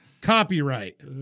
Copyright